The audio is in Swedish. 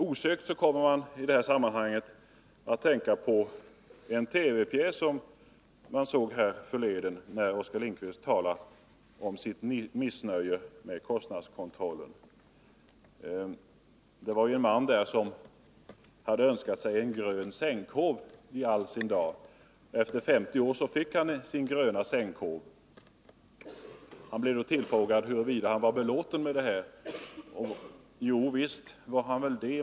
Osökt kommer man i detta sammanhang att tänka på en TV-pjäs som sändes härförleden. Den handlade om en man som i alla sina dagar hade önskat sig en grön sänkhåv. Efter 50 år fick han sin gröna sänkhåv. Han blev då tillfrågad om han var belåten med den. Jo, visst var han väl det.